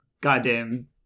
goddamn